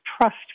Trust